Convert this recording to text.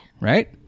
right